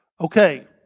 Okay